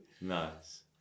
Nice